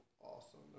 Awesome